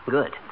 Good